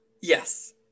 yes